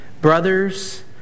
Brothers